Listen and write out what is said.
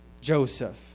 Joseph